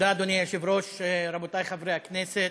אדוני היושב-ראש, תודה, רבותי חברי הכנסת,